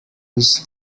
used